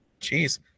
Jeez